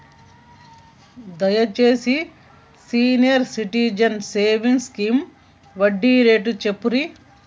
దయచేసి senior citizens savings scheme వడ్డీ rate చెప్పుర్రి